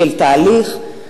של תהליך.